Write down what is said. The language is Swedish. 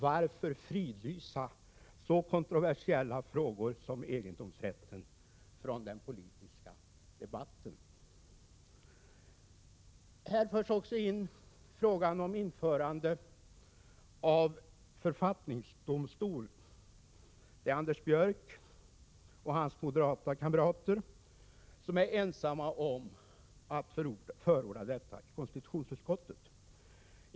Varför fridlysa så kontroversiella frågor som egendomsrätten från den politiska debatten? Här förs också in frågan om införande av författningsdomstol. Anders Björck och hans moderata kamrater är ensamma om att förorda detta i konstitutionsutskottet.